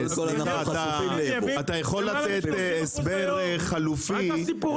אתה יכול לתת הסבר חלופי